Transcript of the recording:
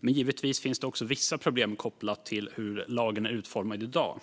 Men givetvis finns det också vissa problem kopplade till hur lagen är utformad i dag.